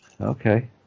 Okay